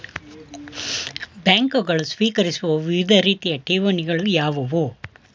ಬ್ಯಾಂಕುಗಳು ಸ್ವೀಕರಿಸುವ ವಿವಿಧ ರೀತಿಯ ಠೇವಣಿಗಳು ಯಾವುವು?